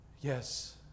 Yes